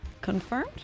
Confirmed